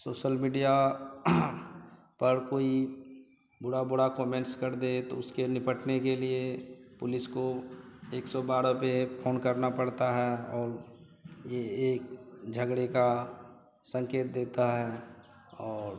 social media पर कोई बुरे बुरे कोमेंट कर दे तो उससे निपटने के लिए पुलिस को एक सौ बारह पर फोन करना पड़ता है और यह यह झगड़े का संकेत देता है और